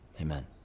Amen